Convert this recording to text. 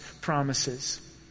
promises